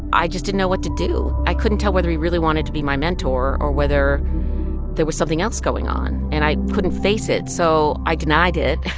i just didn't know what to do. i couldn't tell whether he really wanted to be my mentor or whether there was something else going on. and i couldn't face it. so i denied it,